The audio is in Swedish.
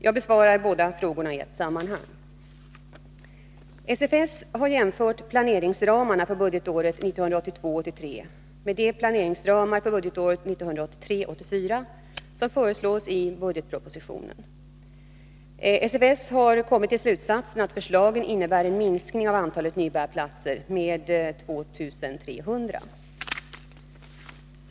Jag besvarar båda frågorna i ett sammanhang. SFS har jämfört planeringsramarna för budgetåret 1982 84 som föreslås i budgetpropositionen. SFS har kommit till slutsatsen att förslagen innebär en minskning av antalet nybörjarplatser med 2 300.